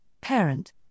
parent